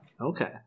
Okay